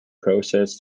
process